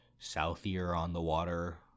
southier-on-the-water